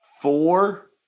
four